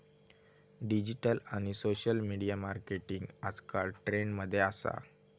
digital आणि social media marketing आजकल trend मध्ये असा